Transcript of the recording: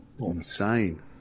Insane